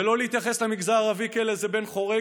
ולא להתייחס למגזר הערבי כאל איזה בן חורג,